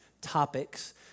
topics